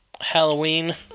Halloween